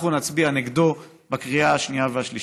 אנחנו נצביע נגדו בקריאה השנייה והשלישית.